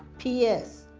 p s.